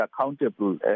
accountable